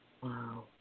Wow